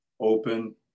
open